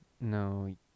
No